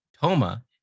Toma